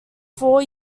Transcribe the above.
four